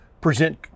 present